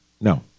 No